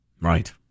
Right